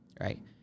right